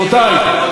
אני מאוד מודה לאדוני.